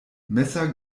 messer